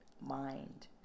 mind